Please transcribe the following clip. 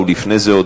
ולפני זה,